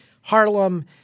Harlem